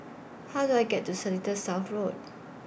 How Do I get to Seletar South Road